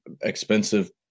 expensive